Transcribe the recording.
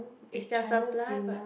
it's their supply but